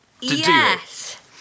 Yes